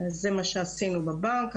זה מה שעשינו בבנק,